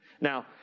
Now